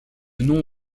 nom